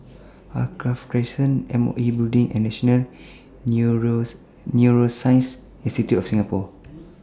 Alkaff Crescent M O E Building and National Neuroscience Institute of Singapore